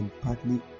partly